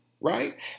right